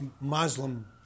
Muslim